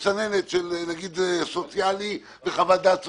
המסננת הסוציאלית כולל חוות דעת סוציאלית,